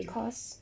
because